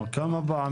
לא,